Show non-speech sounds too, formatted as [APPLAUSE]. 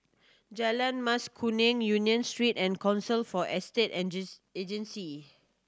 Jalan Mas Kuning Union Street and Council for Estate [UNINTELLIGIBLE] Agencies